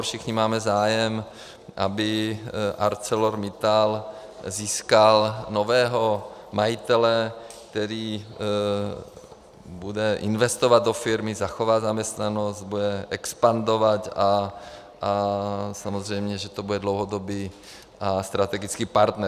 Všichni máme zájem, aby ArcelorMittal získal nového majitele, který bude investovat do firmy, zachová zaměstnanost, bude expandovat a samozřejmě, že to bude dlouhodobý a strategický partner.